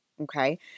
Okay